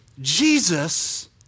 Jesus